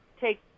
take